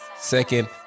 second